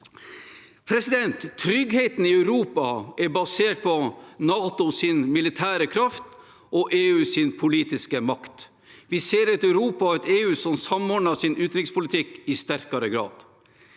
Tryggheten i Europa er basert på NATOs militære kraft og EUs politiske makt. Vi ser et Europa og et EU som samordner sin utenrikspolitikk i sterkere grad.